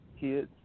kids